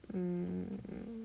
mm